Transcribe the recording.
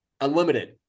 Unlimited